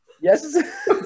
Yes